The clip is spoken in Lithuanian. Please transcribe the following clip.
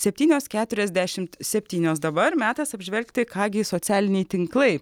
septynios keturiasdešimt septynios dabar metas apžvelgti ką gi socialiniai tinklai